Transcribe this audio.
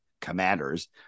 Commanders